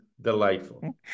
delightful